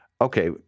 okay